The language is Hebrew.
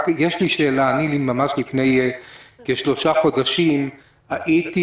רק יש לי שאלה: אני ממש לפני כשלושה חודשים הייתי